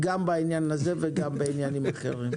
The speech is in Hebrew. גם בעניין הזה וגם בעניין אחר.